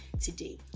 today